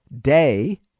day